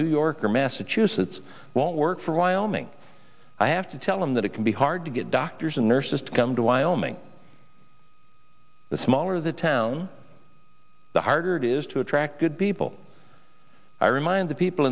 new york or massachusetts won't work for wyoming i have to tell him that it can be hard to get doctors and nurses to come to wyoming the smaller the town the harder it is to attract good people i remind the people